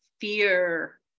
fear